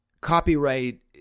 copyright